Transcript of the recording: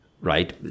right